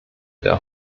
der